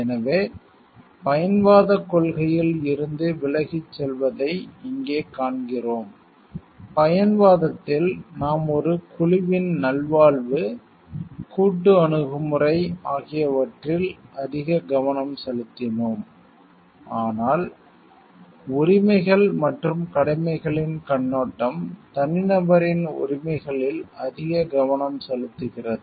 எனவே பயன்வாதக் கொள்கையில் இருந்து விலகிச் செல்வதை இங்கே காண்கிறோம் பயன்வாதத்தில் நாம் ஒரு குழுவின் நல்வாழ்வு கூட்டு அணுகுமுறை ஆகியவற்றில் அதிக கவனம் செலுத்தினோம் ஆனால் உரிமைகள் மற்றும் கடமைகளின் கண்ணோட்டம் தனிநபரின் உரிமைகளில் அதிக கவனம் செலுத்துகிறது